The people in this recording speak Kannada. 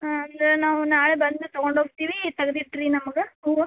ಹಾಂ ಅಂದರೆ ನಾವು ನಾಳೆ ಬಂದು ತಗೊಂಡು ಹೋಗ್ತಿವಿ ತೆಗೆದಿಟ್ರಿ ನಮ್ಗೆ ಹೂವು